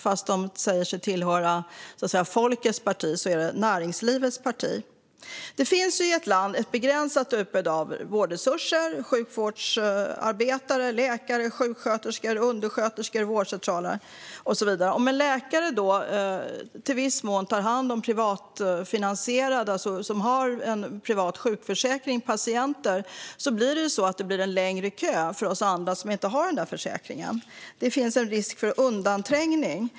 Trots att de tycker sig utgöra folkets parti är det egentligen näringslivets parti. I ett land finns ett begränsat utbud av vårdresurser och sjukvårdsarbetare, såsom läkare, sjuksköterskor och undersköterskor, liksom vårdcentraler. Om en läkare till viss del tar hand om patienter som har privat sjukförsäkring blir kön längre för oss andra som inte har en sådan försäkring. Det finns en risk för undanträngning.